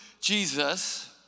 Jesus